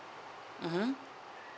mmhmm